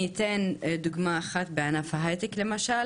אני אתן דוגמא אחת בענף ההייטק למשל